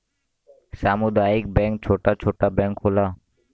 सामुदायिक बैंक छोटा छोटा बैंक होला